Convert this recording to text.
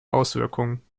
auswirkungen